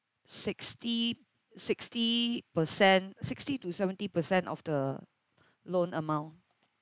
sixty sixty percent sixty to seventy percent of the loan amount